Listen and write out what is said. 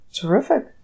Terrific